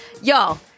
Y'all